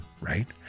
right